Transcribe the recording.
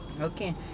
Okay